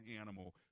animal